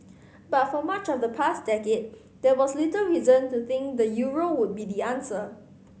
but for much of the past decade there was little reason to think the euro would be the answer